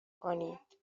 کنید